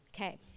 Okay